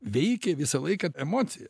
veikė visą laiką emocija